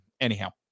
Anyhow